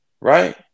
right